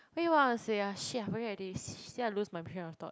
what you want to say ah shit I forget already see I lose my train of thought